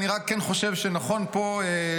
אני רק כן חושב שנכון פה לציין,